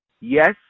Yes